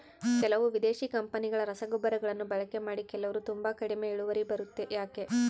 ಕೆಲವು ವಿದೇಶಿ ಕಂಪನಿಗಳ ರಸಗೊಬ್ಬರಗಳನ್ನು ಬಳಕೆ ಮಾಡಿ ಕೆಲವರು ತುಂಬಾ ಕಡಿಮೆ ಇಳುವರಿ ಬರುತ್ತೆ ಯಾಕೆ?